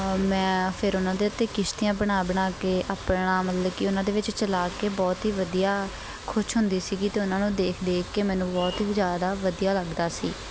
ਮੈਂ ਫਿਰ ਉਹਨਾਂ ਦੇ ਉੱਤੇ ਕਿਸ਼ਤੀਆਂ ਬਣਾ ਬਣਾ ਕੇ ਆਪਣਾ ਮਤਲਬ ਕਿ ਉਹਨਾਂ ਦੇ ਵਿੱਚ ਚਲਾ ਕੇ ਬਹੁਤ ਹੀ ਵਧੀਆ ਖੁਸ਼ ਹੁੰਦੀ ਸੀਗੀ ਅਤੇ ਉਹਨਾਂ ਨੂੰ ਦੇਖ ਦੇਖ ਕੇ ਮੈਨੂੰ ਬਹੁਤ ਹੀ ਜ਼ਿਆਦਾ ਵਧੀਆ ਲੱਗਦਾ ਸੀ